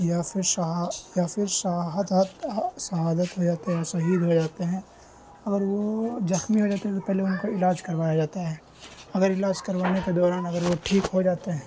یا پھر یا پھر شہادت شہادت ہو جاتے ہیں شہید ہو جاتے ہیں اور وہ زخمی ہو جاتے ہیں تو پہلے ان کو علاج کروایا جاتا ہے اگر علاج کروانے کے دوران اگر وہ ٹھیک ہو جاتے ہیں